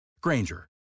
Granger